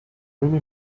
really